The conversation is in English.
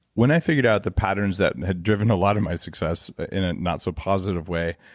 when i figured out the patterns that had driven a lot of my success, in a not so positive way,